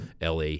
LA